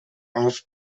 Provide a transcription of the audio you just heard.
aus